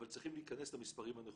אבל צריכים להיכנס למספרים הנכונים.